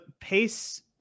pace